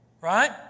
Right